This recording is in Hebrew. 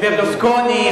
את ברלוסקוני,